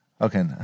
Okay